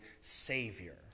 savior